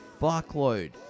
fuckload